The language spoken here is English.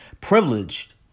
privileged